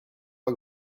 pas